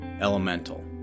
elemental